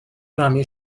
rannu